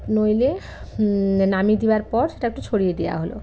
নইলে নামিয়ে দেবার পর সেটা একটু ছড়িয়ে দেওয়া হলো